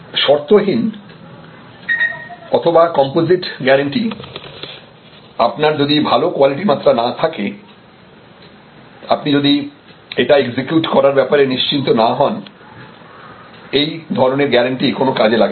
শর্তহীন অথবা composite guarantee আপনার যদি ভালো কোয়ালিটি মাত্রা না থাকে আপনি যদি এটা এক্সিকিউট করার ব্যাপারে নিশ্চিত না হন এই ধরনের গ্যারান্টি কোন কাজে লাগে না